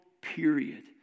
period